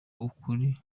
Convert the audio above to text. ukuri